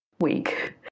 week